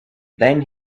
then